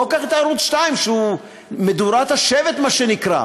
בוא, קח את ערוץ 2, שהוא מדורת השבט, מה שנקרא,